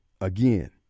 again